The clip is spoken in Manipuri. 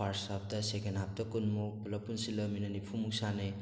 ꯐꯥꯔꯁ ꯍꯥꯐꯇ ꯁꯦꯀꯦꯟ ꯍꯥꯐꯇ ꯀꯨꯟꯃꯨꯛ ꯄꯨꯂꯞ ꯄꯨꯟꯁꯤꯜꯂ ꯃꯤꯅꯤꯠ ꯅꯤꯐꯨꯃꯨꯛ ꯁꯥꯟꯅꯩ